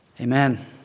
Amen